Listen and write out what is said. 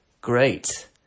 Great